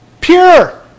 pure